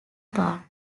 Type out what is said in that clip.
part